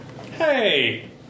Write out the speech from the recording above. Hey